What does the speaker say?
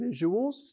visuals